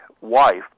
wife